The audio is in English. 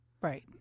Right